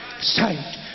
sight